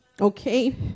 Okay